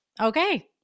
okay